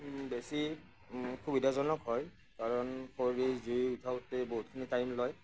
বেছি সুবিধাজনক হয় কাৰণ খৰিৰ জুই উঠাওতে বহুতখিনি টাইম লয়